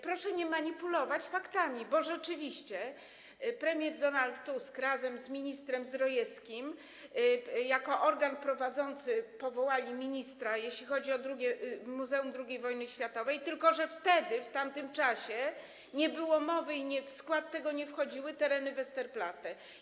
Proszę nie manipulować faktami, bo rzeczywiście premier Donald Tusk razem z ministrem Zdrojewskim jako organem prowadzącym dokonali powołania, jeśli chodzi o Muzeum II Wojny Światowej, tylko że wtedy, w tamtym czasie, nie było o tym mowy i w skład tego nie wchodziły tereny Westerplatte.